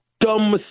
dumb